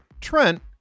Trent